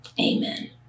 Amen